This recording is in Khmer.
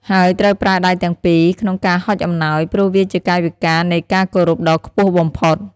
ហើយត្រូវប្រើដៃទាំងពីរ ក្នុងការហុចអំណោយ ព្រោះវាជាកាយវិការនៃការគោរពដ៏ខ្ពស់បំផុត។